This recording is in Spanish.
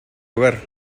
lugar